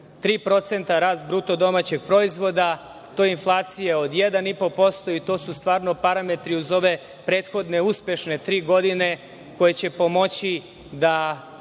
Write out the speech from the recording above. rast od 3%, rast BDP, to je inflacija od 1,5% i to su stvarno parametri uz ove prethodne uspešne tri godine koje će pomoći da